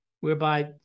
whereby